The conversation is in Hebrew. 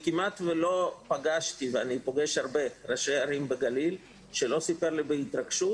כמעט ולא פגשתי ראשי ערים בגליל שלא סיפר לי בהתרגשות